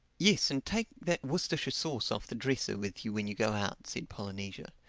yes and take that worcestershire sauce off the dresser with you when you go out, said polynesia.